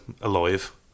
Alive